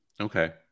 Okay